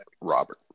Robert